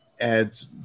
adds